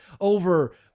over